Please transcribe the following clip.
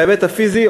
בהיבט הפיזי,